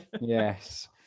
Yes